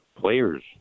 players